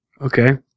Okay